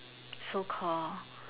so call